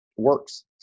works